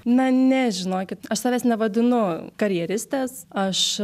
na ne žinokit aš savęs nevadinu karjeristės aš